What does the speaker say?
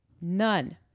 none